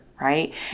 right